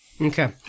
Okay